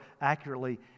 accurately